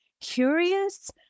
curious